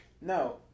No